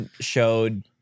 showed